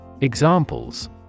Examples